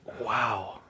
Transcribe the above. wow